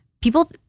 People